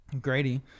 Grady